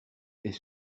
est